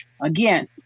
Again